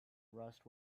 rust